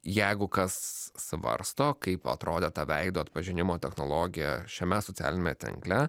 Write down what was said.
jeigu kas svarsto kaip atrodė ta veido atpažinimo technologija šiame socialiniame tenkle